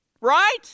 Right